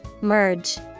Merge